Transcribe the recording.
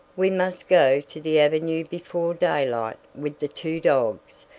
we must go to the avenue before daylight, with the two dogs,